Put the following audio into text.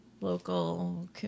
local